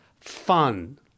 fun